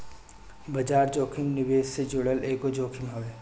बाजार जोखिम निवेश से जुड़ल एगो जोखिम हवे